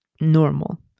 normal